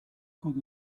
could